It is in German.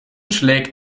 schlägt